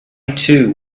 too